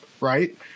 right